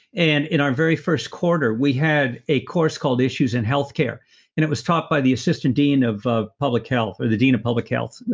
and in our very first quarter, we had a course called issues in healthcare and it was taught by the assistant dean of of public health or the dean of public health,